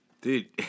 Dude